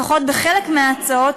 לפחות בחלק מההצעות,